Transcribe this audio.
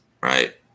right